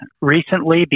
recently